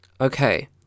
Okay